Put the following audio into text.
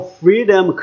freedom